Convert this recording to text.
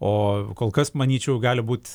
o kol kas manyčiau gali būt